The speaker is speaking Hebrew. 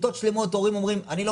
כיתות שלמות של הורים שאומרים: אני לא